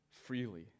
freely